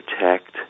protect